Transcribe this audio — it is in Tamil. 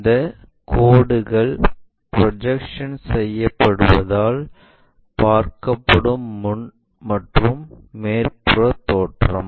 இந்த கோடுகள் ப்ரொஜெக்ஷன் செய்யப்படுவதால் பார்க்கப்படும் முன் மற்றும் மேற்புறத் தோற்றம்